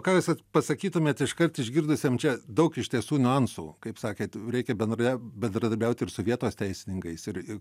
ką jūs vat pasakytumėt iškart išgirdusiam čia daug iš tiesų niuansų kaip sakėt reikia bendra bendradarbiaut ir su vietos teisininkais ir